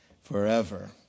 forever